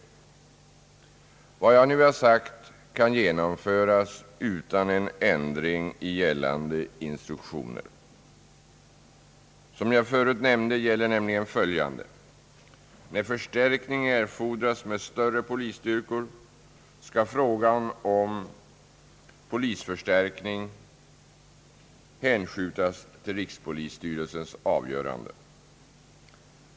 Vad jag nu har sagt kan genomföras utan ändring i gällande instruktioner. Som jag förut nämnde gäller nämligen följande. När förstärkning erfordras med större polisstyrkor skall frågan om polisförstärkning hänskjutas till rikspolisstyrelsens avgörande.